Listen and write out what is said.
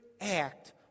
act